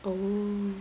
oh